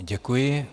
Děkuji.